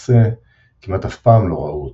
למעשה, כמעט אף פעם לא ראו אותם,